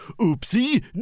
Oopsie